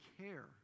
care